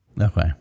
Okay